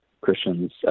Christians